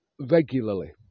regularly